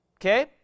Okay